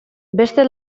beste